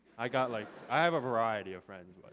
i got like i have a variety of friends.